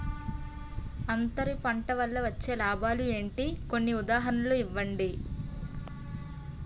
అంతర పంట వల్ల వచ్చే లాభాలు ఏంటి? కొన్ని ఉదాహరణలు ఇవ్వండి?